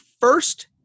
first